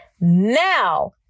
Now